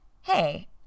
hey